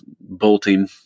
bolting